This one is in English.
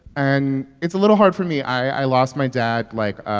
and it's a little hard for me i lost my dad, like,